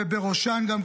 ובראשם גם,